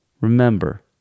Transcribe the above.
Remember